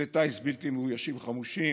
כלי טיס בלתי מאוישים חמושים,